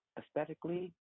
aesthetically